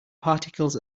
particles